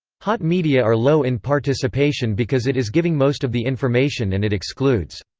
hot media are low in participation because it is giving most of the information and it excludes.